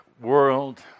world